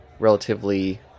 Relatively